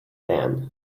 band